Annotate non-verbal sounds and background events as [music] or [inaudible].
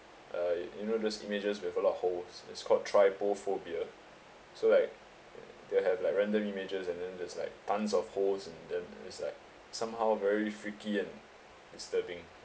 uh y~ you know those images with a lot of holes is called trypophobia so like [noise] they have like random images and then there's like tons of holes and then it's like somehow very freaky and disturbing